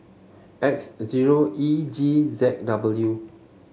X zero E G Z W